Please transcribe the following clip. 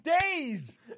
days